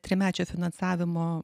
trimečio finansavimo